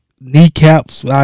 Kneecaps